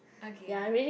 okay